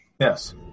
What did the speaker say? Yes